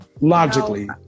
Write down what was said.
Logically